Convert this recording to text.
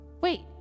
Wait